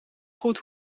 goed